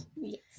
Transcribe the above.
Yes